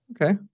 Okay